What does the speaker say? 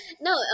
No